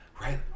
right